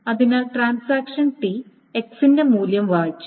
അതിനാൽ transaction T x ന്റെ മൂല്യം വായിച്ചു